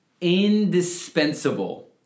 indispensable